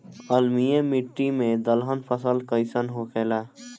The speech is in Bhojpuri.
अम्लीय मिट्टी मे दलहन फसल कइसन होखेला?